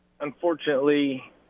unfortunately